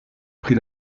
pri